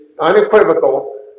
unequivocal